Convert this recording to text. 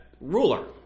ruler